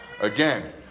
Again